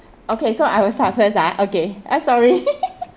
okay so I will start first ah okay I'm sorry